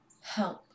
help